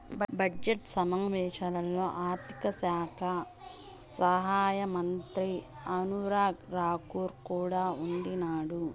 budget సమావేశాల్లో ఆర్థిక శాఖ సహాయమంత్రి అనురాగ్ రాకూర్ కూడా ఉండిన్నాడు